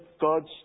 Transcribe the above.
God's